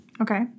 Okay